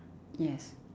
yes